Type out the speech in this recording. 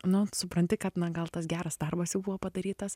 nu supranti kad na gal tas geras darbas jau buvo padarytas